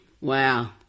wow